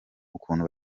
ukuntu